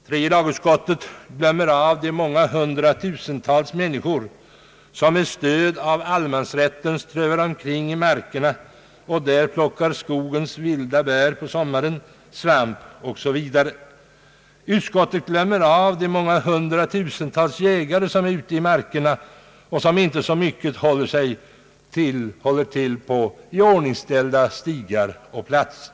Tredje lagutskottet glömmer också de hundratusentals människor som med stöd av allemansrätten strövar omkring i markerna och plockar skogens vilda bär, svamp osv. Utskottet glömmer de hundratusentals jägare som är ute i markerna och inte håller sig så mycket på iordningställda stigar och platser.